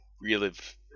relive